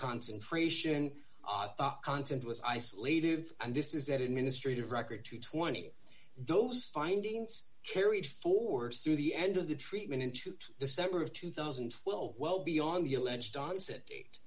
concentration content was isolated and this is that administrative record to twenty those findings carried forward through the end of the treatment into december of two thousand and twelve well beyond the alleged onset date